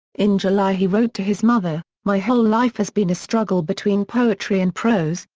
in july he wrote to his mother, my whole life has been a struggle between poetry and prose,